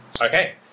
Okay